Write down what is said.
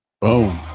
Boom